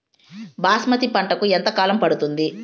బాస్మతి పంటకు ఎంత కాలం పడుతుంది?